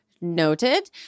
noted